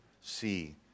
see